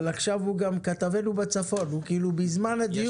אבל עכשיו הוא גם כתבנו בצפון הוא בזמן הדיון